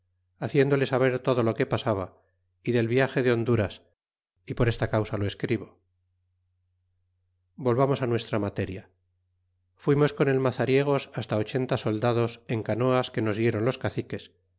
haciéndole saber todo lo que pasaba y del viage de honduras y por esta causa lo escribo volvamos nuestra materia fuimos con el mazariegos basta ochenta soldados en canoas que nos diéron los caciques